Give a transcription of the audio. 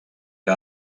que